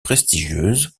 prestigieuses